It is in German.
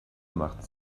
machten